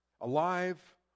alive